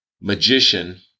magician